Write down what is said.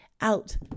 out